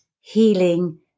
healing